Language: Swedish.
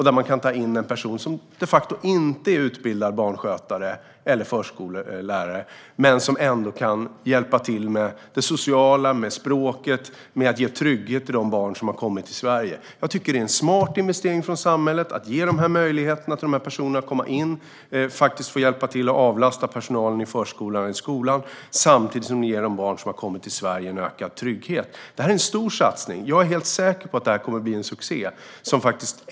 Där kan man ta in en person som inte är utbildad barnskötare eller förskollärare men som ändå kan hjälpa till med det sociala, med språket och med att ge trygghet till de barn som har kommit till Sverige. Jag tycker att det är en smart investering från samhället att ge de möjligheterna för personer att komma in, hjälpa till och avlasta personalen i förskolan eller i skolan samtidigt som det ger de barn som har kommit till Sverige en ökad trygghet. Det är en stor satsning. Jag är helt säker på att det kommer att bli en succé.